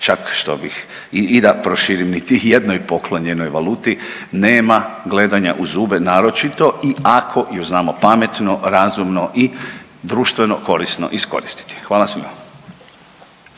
čak što bih i da proširim niti jednoj poklonjenoj valuti nema gledanja u zube naročito i ako ju znamo pametno, razumno i društveno korisno iskoristiti. Hvala svima.